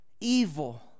evil